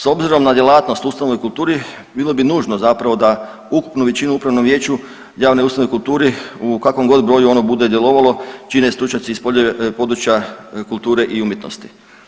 S obzirom na djelatnost ustanove u kulturi, bilo bi nužno zapravo da ukupnu većinu u upravnom vijeću javne ustanove u kulturi u kakvom god broju ono bude djelovalo, čine stručnjaci iz područja kulture i umjetnosti.